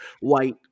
white